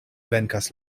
venkas